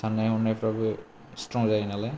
सान्नाय हनायफ्राबो स्त्रं जायो नालाय